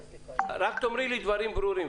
תאמרי לי דברים ברורים,